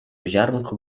ziarnko